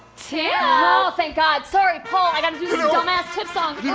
tip! oh, thank god. sorry paul, i gotta do this dumbass tip song. yeah